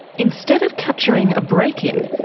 instead of capturing a break-in,